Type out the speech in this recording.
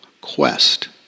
quest